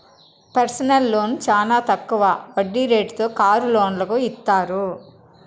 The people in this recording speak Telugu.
పెర్సనల్ లోన్ చానా తక్కువ వడ్డీ రేటుతో కారు లోన్లను ఇత్తారు